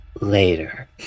later